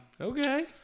Okay